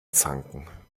zanken